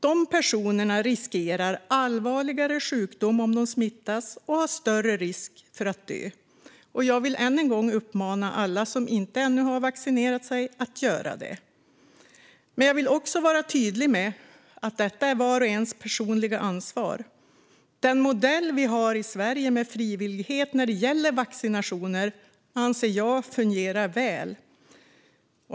Dessa personer riskerar allvarligare sjukdom om de smittas och har större risk att dö. Jag vill ännu en gång uppmana alla som ännu inte har vaccinerat sig att göra det, men jag vill vara tydlig med att detta är vars och ens personliga ansvar. Den modell vi har i Sverige med frivillighet när det gäller vaccinationer anser jag fungerar väl.